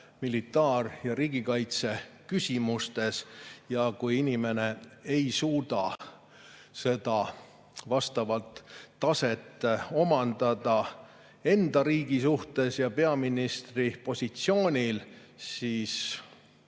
militaar- ja riigikaitseküsimustes. Aga kui inimene ei suuda vastavat taset omandada enda riigi suhtes ja peaministri positsioonil, siis